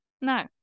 No